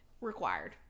required